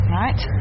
right